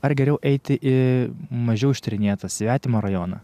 ar geriau eiti į mažiau ištyrinėtą svetimą rajoną